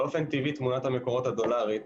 באופן טבעי תמונות המקורות הדולרים,